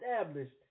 established